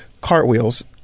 cartwheels